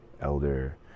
elder